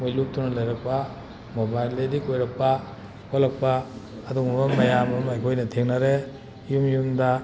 ꯃꯣꯏ ꯂꯨꯞꯇꯨꯅ ꯂꯩꯔꯛꯄ ꯃꯣꯕꯥꯏꯜ ꯑꯦꯗꯤꯛ ꯑꯣꯏꯔꯛꯄ ꯈꯣꯂꯛꯄ ꯑꯗꯨꯒꯨꯝꯕ ꯃꯌꯥꯝ ꯑꯃ ꯑꯩꯈꯣꯏꯅ ꯊꯦꯡꯅꯔꯦ ꯌꯨꯝ ꯌꯨꯝꯗ